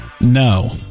no